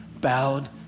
bowed